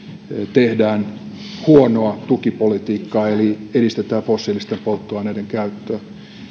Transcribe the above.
tehdään huonoa tukipolitiikkaa eli edistetään fossiilisten polttoaineiden käyttöä